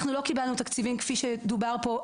אנחנו לא קיבלנו תקציבים כפי שדובר פה,